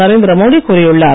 நரேந்திரமோடி கூறியுள்ளார்